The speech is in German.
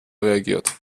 reagiert